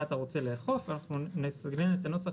אתה רוצה לאכוף ואנחנו נסגנן את הנוסח.